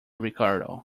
ricardo